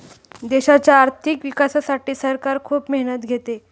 देशाच्या आर्थिक विकासासाठी सरकार खूप मेहनत घेते